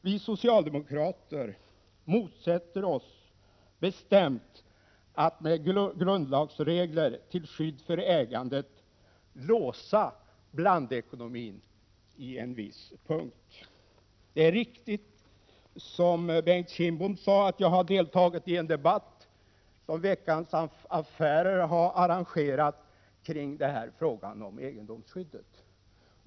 Vi socialdemokrater motsätter oss bestämt att med grundlagsregler till skydd för ägandet låsa blandekonomin i en viss punkt. Det är riktigt, som Bengt Kindbom sade, att jag har deltagit i en debatt anordnad av Veckans Affärer om egendomsskyddet.